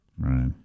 Right